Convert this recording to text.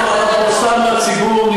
אולי תפרסם לציבור.